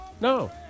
no